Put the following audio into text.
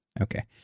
Okay